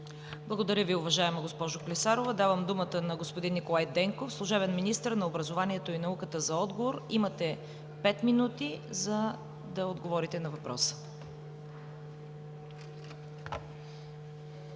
Благодаря Ви, уважаема госпожо Клисарова. Давам думата на господин Николай Денков – служебен министър на образованието и науката, за отговор. Имате пет минути, за да отговорите на въпроса.